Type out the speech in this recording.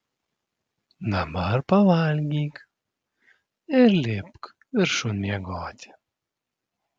dabar pavalgyk ir lipk viršun miegoti